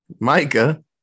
Micah